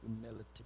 humility